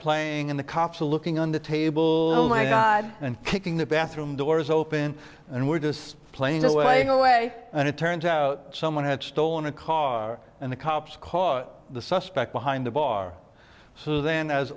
playing in the cops looking on the table oh my god and kicking the bathroom doors open and we're just playing away go away and it turns out someone had stolen a car and the cops caught the suspect behind the bar so then